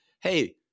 hey